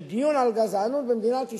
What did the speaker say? של דיון על גזענות במדינת ישראל,